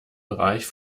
bereich